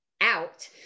out